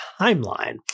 timeline